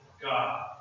God